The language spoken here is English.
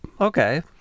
Okay